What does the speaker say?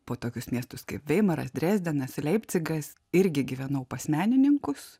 po tokius miestus kaip veimaras drezdenas leipcigas irgi gyvenau pas menininkus